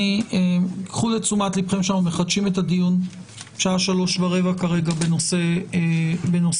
קחו לתשומת לבכם שאנחנו מחדשים את הדיון בנושא התקנות